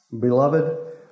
Beloved